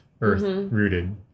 earth-rooted